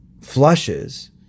flushes